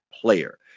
player